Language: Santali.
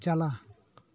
ᱪᱟᱞᱟᱜ